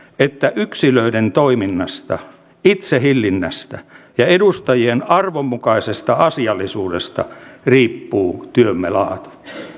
että yksilöiden toiminnasta itsehillinnästä ja edustajien arvonmukaisesta asiallisuudesta riippuu työmme laatu